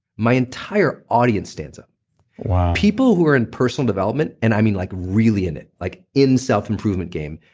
my entire audience stands up wow people who are in personal development, and i mean like really in it, like in selfimprovement game,